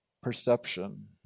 perception